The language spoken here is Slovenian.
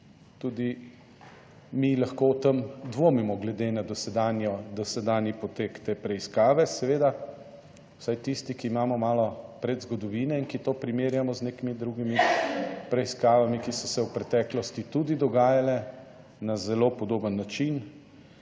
tudi mi lahko o tem dvomimo glede na dosedanji potek te preiskave, seveda vsaj tisti, ki imamo malo predzgodovine, in ki to primerjamo z nekimi drugimi preiskavami, ki so se v preteklosti tudi dogajale na zelo podoben način.